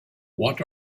what